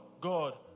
God